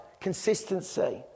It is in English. Consistency